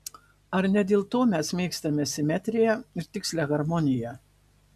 ar ne dėl to mes mėgstame simetriją ir tikslią harmoniją